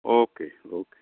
okay okay